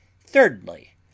Thirdly